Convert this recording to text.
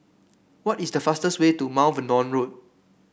what is the fastest way to Mount Vernon Road